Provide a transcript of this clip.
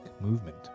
movement